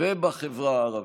ובחברה הערבית,